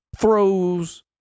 throws